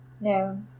no